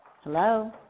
Hello